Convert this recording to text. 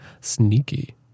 Sneaky